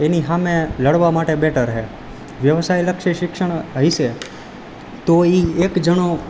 એની સામે લડવા માટે બેટર છે વ્યવસાયલક્ષી શિક્ષણ હશે તો એ એક જણો